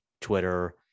Twitter